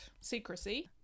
secrecy